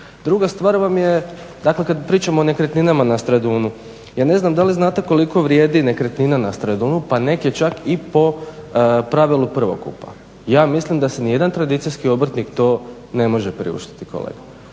Druga stvar vam je dakle kad pričamo o nekretninama na Stradunu, ja ne znam da li znate koliko vrijedi nekretnina na Stradunu pa neke čak i po pravilu prvokupa. Ja mislim da si ni jedan tradicijski obrtnik to ne može priuštiti kolega